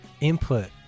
input